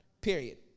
Period